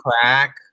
crack